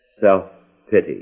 self-pity